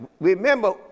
remember